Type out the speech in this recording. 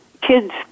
kids